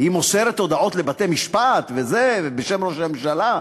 היא מוסרת הודעות לבית-משפט, וזה, בשם ראש הממשלה?